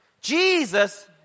Jesus